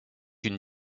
une